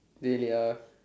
really ah